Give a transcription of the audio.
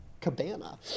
cabana